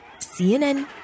CNN